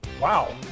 Wow